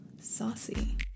saucy